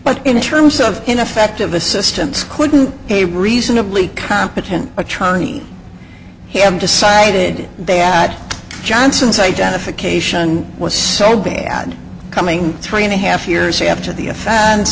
but in terms of ineffective assistance couldn't a reasonably competent attorney have decided that johnson's identification was so bad coming three and a half years after the a